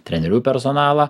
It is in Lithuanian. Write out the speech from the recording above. trenerių personalą